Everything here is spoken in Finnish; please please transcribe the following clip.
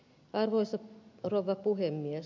arvoisa rouva puhemies